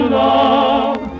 love